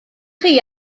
chi